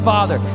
Father